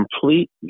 complete